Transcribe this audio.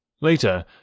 Later